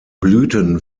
blüten